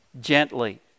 Gently